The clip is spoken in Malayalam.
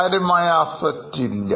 കാര്യമായ Assets ഇല്ല